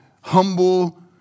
humble